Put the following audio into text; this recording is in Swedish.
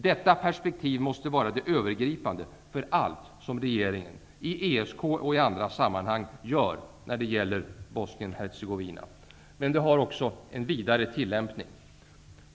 Detta perspektiv måste vara det övergripande för allt som regeringen i ESK och i andra sammanhang gör när det gäller Bosnien Hercegovina, men detta har också en vidare tillämpning.